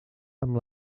amb